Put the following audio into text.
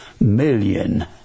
Million